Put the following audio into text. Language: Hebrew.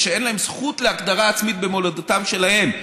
שאין להם זכות להגדרה עצמית במולדתם שלהם,